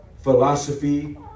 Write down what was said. philosophy